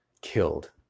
Killed